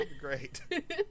great